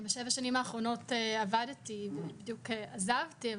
בשבע השנים האחרונות עבדתי ובדיוק עזבתי,